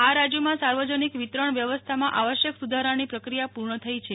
આ રાજયોમાં સાર્વજનિક વિતરણ વ્યવસ્થામાં આવશ્યક સુ ધારાની પ્રક્રિયા પુર્ણ થઈ છે